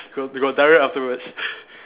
you got you got diarrhoea afterwards